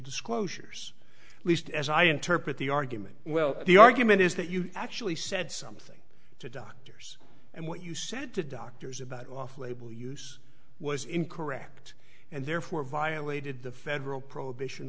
disclosures at least as i interpret the argument well the argument is that you actually said something to doctors and what you said to doctors about off label use was incorrect and therefore violated the federal prohibition